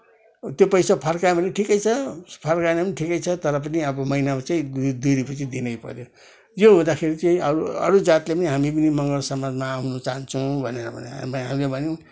त्यो पैसा फर्कायो भने पनि ठिकै छ फर्काएन भने पनि ठिकै छ तर पनि अब महिनामा चाहिँ दुई रुपियाँ चाहिँ दिनैपर्यो यो हुँदाखेरि चाहिँ अरू अरू जातले पनि हामी पनि मगर समाजमा आउन चाहन्छौँ भनेर भने हामीले भन्यौँ